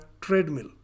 treadmill